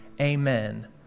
amen